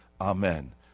Amen